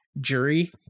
jury